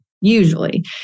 usually